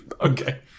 Okay